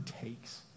takes